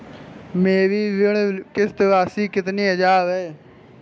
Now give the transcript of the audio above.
मेरी ऋण किश्त राशि कितनी हजार की है?